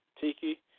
Tiki